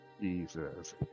Jesus